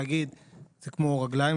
להגיד: "זה כמו רגליים",